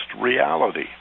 reality